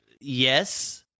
yes